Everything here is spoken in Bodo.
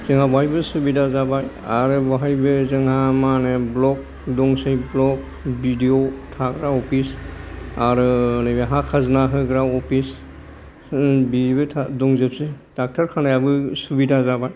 जोंहा बावहायबो सुबिदा जाबाय आरो बावहायबो जोंहा मा होनो ब्लक दंसै ब्लक बिदिअ थाग्रा अफिच आरो नैबे हा खाजोना होग्रा अफिच बेबो दंजोबसै डक्टर खानायाबो सुबिदा जाबाय